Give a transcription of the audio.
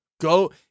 Go